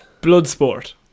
Bloodsport